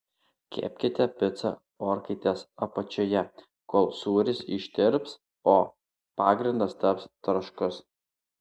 kepkite picą orkaitės apačioje kol sūris ištirps o pagrindas taps traškus